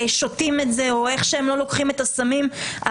שותים את זה או איך שהם לא לוקחים את הסמים הממכרים,